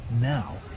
Now